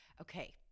Okay